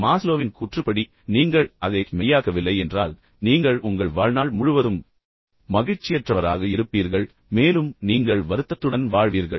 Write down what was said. மாஸ்லோவின் கூற்றுப்படி நீங்கள் அதைச் மெய்யாக்கவில்லை என்றால் நீங்கள் உங்கள் வாழ்நாள் முழுவதும் மகிழ்ச்சியற்றவராக இருப்பீர்கள் மேலும் நீங்கள் வருத்தத்துடன் வாழ்வீர்கள்